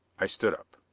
i stood up.